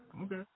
okay